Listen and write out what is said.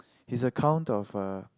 his account of uh